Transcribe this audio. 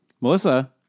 Melissa